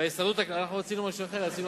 כבשת